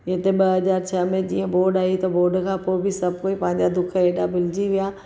हिते ॿ हज़ार छ्ह में जीअं ॿोॾि आई त ॿोॾि खां पोइ बि सभु कोई पंहिंजा दुख हेॾा भुलिजी वियां